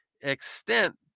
extent